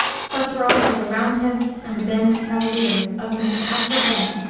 such were also the roundheads and the banished cavaliers of mrs. aphra behn,